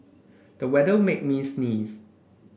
the weather made me sneeze